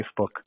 Facebook